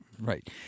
Right